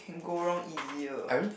go wrong easier